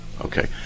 Okay